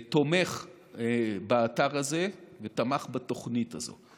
תומך באתר הזה ותמך בתוכנית הזאת.